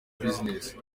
business